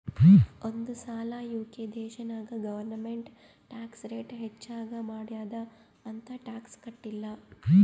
ಒಂದ್ ಸಲಾ ಯು.ಕೆ ದೇಶನಾಗ್ ಗೌರ್ಮೆಂಟ್ ಟ್ಯಾಕ್ಸ್ ರೇಟ್ ಹೆಚ್ಚಿಗ್ ಮಾಡ್ಯಾದ್ ಅಂತ್ ಟ್ಯಾಕ್ಸ ಕಟ್ಟಿಲ್ಲ